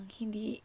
hindi